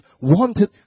wanted